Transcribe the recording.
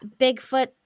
bigfoot